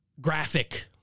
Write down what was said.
graphic